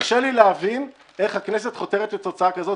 קשה לי להבין איך הכנסת חותרת לתוצאה כזו.